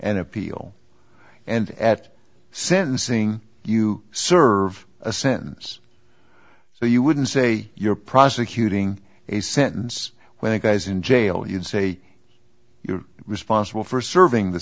an appeal and at sentencing you serve a sentence so you wouldn't say you're prosecuting a sentence when you guys in jail you'd say you're responsible for serving the